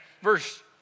Verse